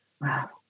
Wow